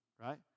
right